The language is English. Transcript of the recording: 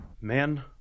Men